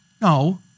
No